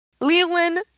Leland